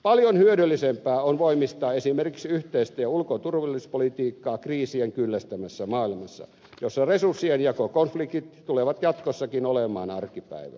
paljon hyödyllisempää on voimistaa esimerkiksi yhteistä ulko ja turvallisuuspolitiikkaa kriisien kyllästämässä maailmassa jossa resurssienjakokonfliktit tulevat jatkossakin olemaan arkipäivää